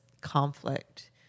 conflict